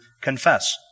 confess